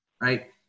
right